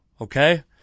okay